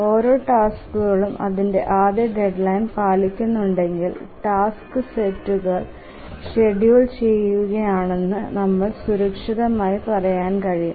ഓരോ ടാസ്കുകളും അതിന്റെ ആദ്യ ഡെഡ്ലൈൻ പാലിക്കുന്നുണ്ടെങ്കിൽ ടാസ്ക് സെറ്റുകൾ ഷെഡ്യൂൾ ചെയ്യാനാകുമെന്ന് നമുക്ക് സുരക്ഷിതമായി പറയാൻ കഴിയും